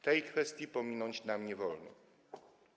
Tej kwestii pominąć nam nie wolno.